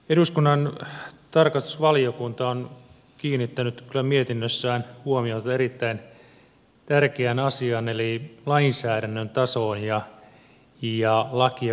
eduskunnan tarkastusvaliokunta on kiinnittänyt kyllä mietinnössään huomiota erittäin tärkeään asiaan eli lainsäädännön tasoon ja lakien vaikuttavuusarviointiin